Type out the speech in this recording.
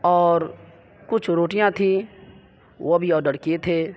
اور کچھ روٹیاں تھیں وہ بھی آڈر کیے تھے